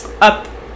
up